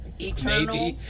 Eternal